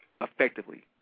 effectively